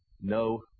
no